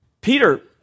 Peter